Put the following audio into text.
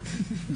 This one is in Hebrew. בבית